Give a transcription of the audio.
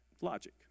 logic